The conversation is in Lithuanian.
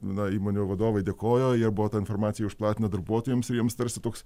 na įmonių vadovai dėkojo jie buvo tą informaciją jau išplatinę darbuotojams ir jiems tarsi toks